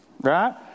right